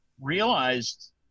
realized